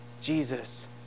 Jesus